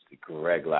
Greg